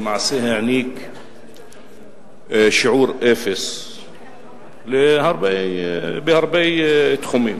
למעשה העניק שיעור אפס בהרבה תחומים,